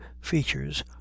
features